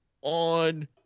on